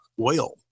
oil